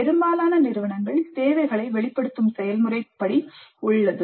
பெரும்பாலான நிறுவனங்களில் தேவைகளை வெளிப்படுத்தும் செயல்முறை படி உள்ளது